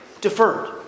deferred